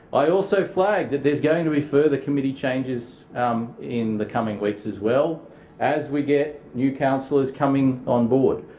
i also flag that there's going to be further committee changes in the coming weeks as well as we get new councillors coming on board.